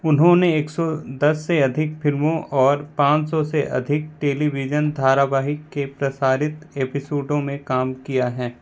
उन्होंने एक सौ दस से अधिक फ़िल्मों और पाँच सौ से अधिक टेलीविज़न धारावाहिक के प्रसारित एपिसोडों में काम किया है